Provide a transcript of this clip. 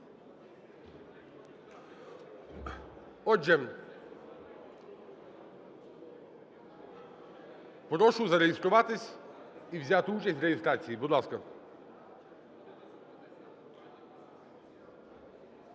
Отже, прошу зареєструватись і взяти участь в реєстрації, будь ласка.